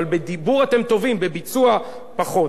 ואני אומר לך כאן: אנחנו נעשה היום את החוק של ערוץ-10,